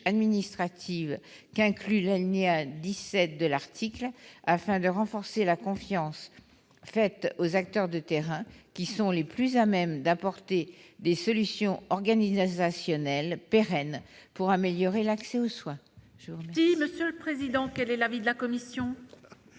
administrative prévue à l'alinéa 17 de l'article 7, afin de renforcer la confiance accordée aux acteurs de terrain : ils sont les plus à même d'apporter des solutions organisationnelles pérennes pour améliorer l'accès aux soins. Quel est l'avis de la commission ?